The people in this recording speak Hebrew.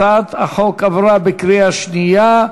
הצעת החוק עברה בקריאה שנייה.